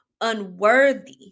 unworthy